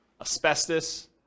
asbestos